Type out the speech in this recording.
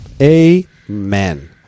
Amen